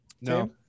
No